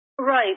Right